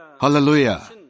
Hallelujah